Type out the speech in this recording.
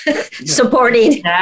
supporting